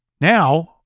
Now